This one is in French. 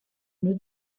une